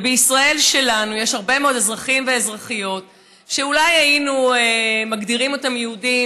בישראל שלנו יש הרבה מאוד אזרחים ואזרחיות שאולי היינו מגדירים אותם יהודים